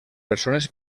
persones